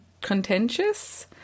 contentious